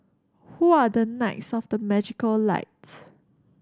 who are the knights of the magical light